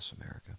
America